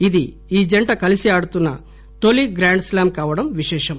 ఇది ఈ జంట కలిసి ఆడుతున్న తొలి గ్రాండ్ స్లాం కావడం విశేషం